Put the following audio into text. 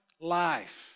life